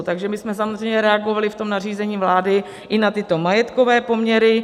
Takže my jsme samozřejmě reagovali v nařízení vlády i na tyto majetkové poměry.